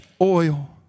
oil